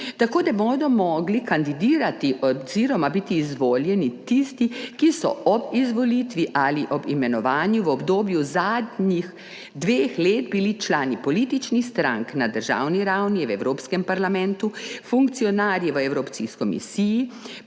tako ne bodo mogli kandidirati oziroma biti izvoljeni tisti, ki so bili ob izvolitvi ali ob imenovanju v obdobju zadnjih dveh let člani političnih strank na državni ravni, v Evropskem parlamentu, funkcionarji v Evropski komisiji,